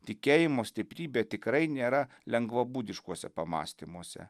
tikėjimo stiprybė tikrai nėra lengvabūdiškuose pamąstymuose